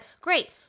great